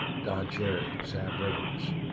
don cherry, sam rivers,